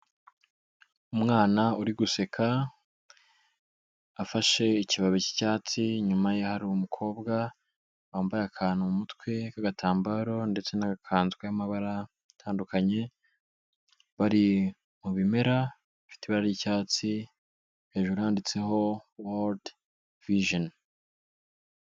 Umwana uri guseka afashe ikibabi cy'icyatsi, inyuma ye hari umukobwa wambaye akantu mu mutwe k'agatambaro ndetse n'agakanzu k'amabara atandukanye, bari mu bimera bifite ibara ry'icyatsi, hejuru handitseho World Vision.